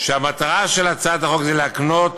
שהמטרה שלה היא להקנות